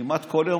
באופן כללי,